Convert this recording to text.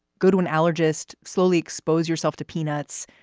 go to an allergist slowly expose yourself to peanuts.